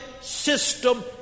system